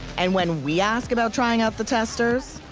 and when we ask about trying out the testers,